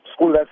school